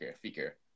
figure